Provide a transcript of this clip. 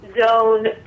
zone